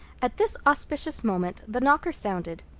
at this auspicious moment the knocker sounded.